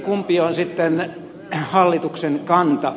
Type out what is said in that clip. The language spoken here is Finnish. kumpi on hallituksen kanta